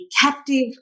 captive